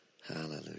Hallelujah